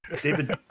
david